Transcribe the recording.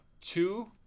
two